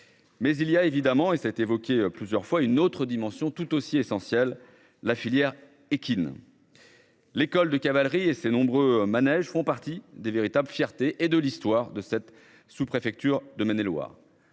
Mais il y a évidemment et ça a été évoqué plusieurs fois une autre dimension tout aussi essentiel, la filière équine. L'École de cavalerie et ses nombreux manèges font partie des véritables fierté et de l'histoire de cette sous-préfecture de Maine-et-Loire